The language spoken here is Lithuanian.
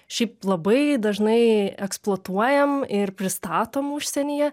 šiaip labai dažnai eksploatuojam ir pristatom užsienyje